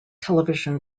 television